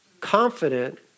confident